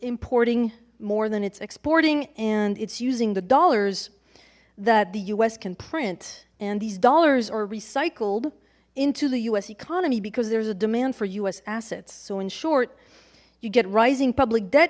importing more than it's exporting and it's using the dollars that the us can print and these dollars are recycled into the us economy because there's a demand for us assets so in short you get rising public debt